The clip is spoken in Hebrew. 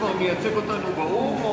כבר מייצג אותנו באו"ם?